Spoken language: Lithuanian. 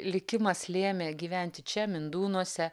likimas lėmė gyventi čia mindūnuose